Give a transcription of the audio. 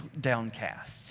downcast